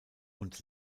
und